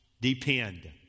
depend